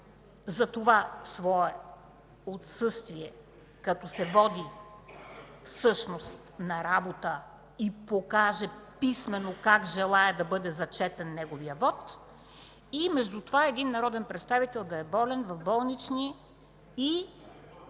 за това свое отсъствие, като се води всъщност на работа и покаже писмено как желае да бъде зачетен неговият вот и между това народен представител да е в болнични и